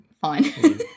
Fine